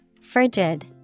Frigid